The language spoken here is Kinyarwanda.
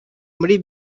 muri